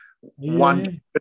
one